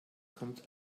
kommt